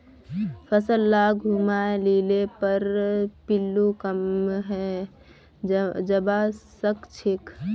फसल लाक घूमाय लिले पर पिल्लू कम हैं जबा सखछेक